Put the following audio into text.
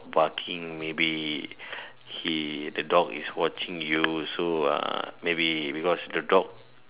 barking maybe he the dog is watching you so uh maybe because the dog